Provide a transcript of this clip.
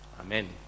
amen